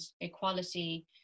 equality